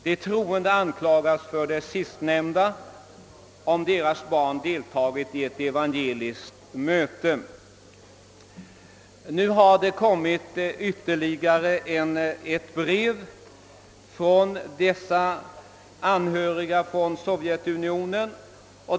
De troende anklagas för det sistnämnda, om deras barn deltagit i ett evangeliskt möte. Nu har det kommit ytterligare ett brev från de anhöriga i Sovjetunionen.